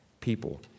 people